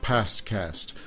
Pastcast